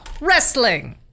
Wrestling